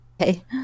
okay